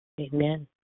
Amen